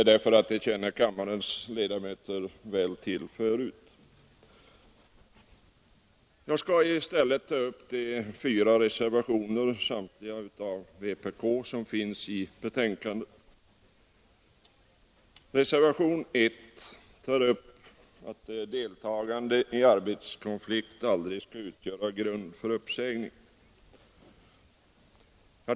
Arbetet med den känner kammarens ledamöter väl till förut. Jag skall i stället ta upp de fyra reservationer, samtliga av vpk, som finns fogade till betänkandet. Reservationen 1 säger att deltagande i arbetskonflikt aldrig får utgöra grund för uppsägning.